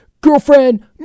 girlfriend